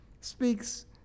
speaks